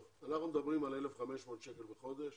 טוב, אנחנו מדברים על 1,500 שקל בחודש